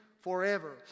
forever